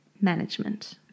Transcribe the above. management